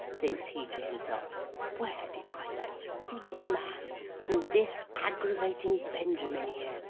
thinks he to himself where did i last see the man whom this agravating benjamin, here,